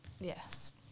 Yes